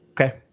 okay